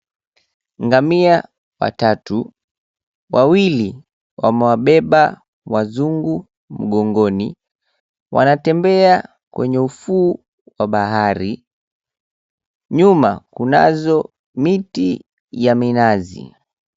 Ngamia watatu, wawili wamewabeba wazungu mgongoni, wanatembea kwenye ufuo wa bahari. Nyuma kunazo miti ya minazi.